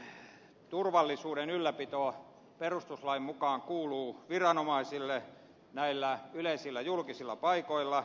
ylipäätään turvallisuuden ylläpito perustuslain mukaan kuuluu viranomaisille näillä yleisillä julkisilla paikoilla